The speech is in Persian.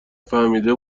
فهمیده